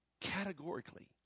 categorically